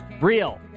Real